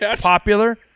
popular